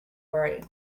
worry